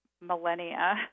millennia